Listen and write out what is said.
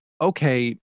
okay